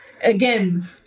again